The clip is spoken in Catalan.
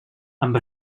amb